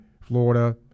Florida